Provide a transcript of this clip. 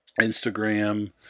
Instagram